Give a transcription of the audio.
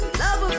love